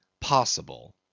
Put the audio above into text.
possible